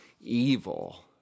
evil